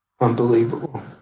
unbelievable